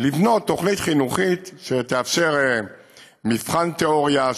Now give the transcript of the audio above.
לבנות תוכנית חינוכית שתאפשר מבחן תיאוריה,